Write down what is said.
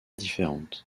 différentes